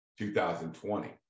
2020